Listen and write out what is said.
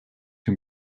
can